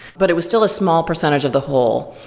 but it was still a small percentage of the whole.